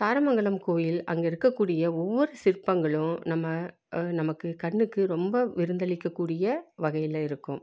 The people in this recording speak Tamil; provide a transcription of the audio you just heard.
தாரமங்கலம் கோவில் அங்கே இருக்கக்கூடிய ஒவ்வொரு சிற்பங்களும் நம்ம நமக்கு கண்ணுக்கு ரொம்ப விருத்தளிக்கக் கூடிய வகையில் இருக்கும்